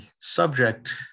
subject